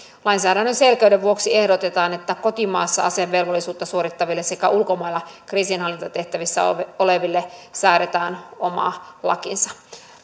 lainsäädännön selkeyden vuoksi ehdotetaan että kotimaassa asevelvollisuutta suorittaville sekä ulkomailla kriisinhallintatehtävissä oleville säädetään oma lakinsa